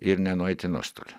ir nenueit į nuostolį